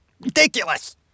Ridiculous